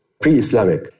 pre-Islamic